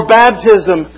baptism